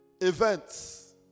events